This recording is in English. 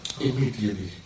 immediately